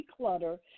declutter